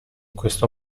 questo